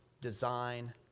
design